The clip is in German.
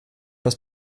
das